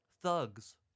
thugs